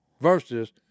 versus